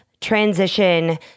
transition